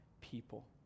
people